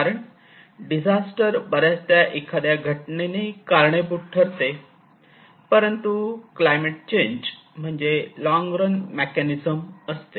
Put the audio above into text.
कारण डिझास्टर बर्याचदा एखाद्या घटनेने कारणीभूत ठरते परंतु क्लायमेट चेंज म्हणजे लॉंग रन मेकॅनिझम असते